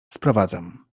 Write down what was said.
sprowadzam